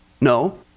No